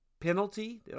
Penalty